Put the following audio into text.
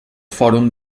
fòrum